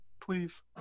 Please